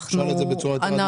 הוא שאל את זה בצורה יותר עדינה.